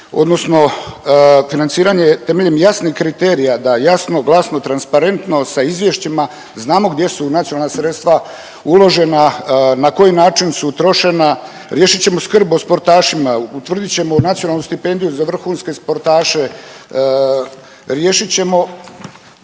odnosno financiranje temeljem jasnih kriterija da jasno, glasno, transparentno sa izvješćima znamo gdje su nacionalna sredstva uložena, na koji način su trošena, riješit ćemo skrb o sportašima, utvrdit ćemo u nacionalnu stipendiju za vrhunske sportaše, riješit ćemo